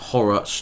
Horror